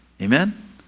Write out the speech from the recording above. Amen